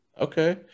Okay